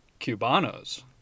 Cubanos